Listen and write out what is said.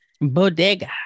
Bodega